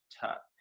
tuck